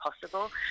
possible